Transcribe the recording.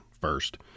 first